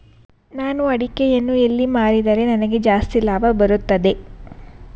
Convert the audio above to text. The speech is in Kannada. ನಾನು ಅಡಿಕೆಯನ್ನು ಎಲ್ಲಿ ಮಾರಿದರೆ ನನಗೆ ಜಾಸ್ತಿ ಲಾಭ ಬರುತ್ತದೆ?